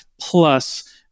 Plus